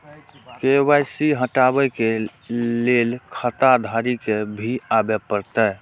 KYC हटाबै के लैल खाता धारी के भी आबे परतै?